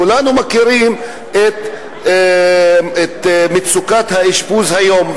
כולנו מכירים את מצוקת האשפוז היום,